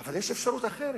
אבל יש אפשרות אחרת.